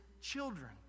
children